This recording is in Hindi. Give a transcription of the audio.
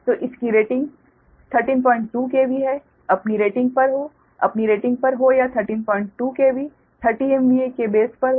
तो इसकी रेटिंग 132 KV है अपनी रेटिंग पर हो अपनी रेटिंग पर हो या 132 KV 30 MVA के बेस पर हो